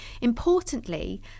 Importantly